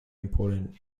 important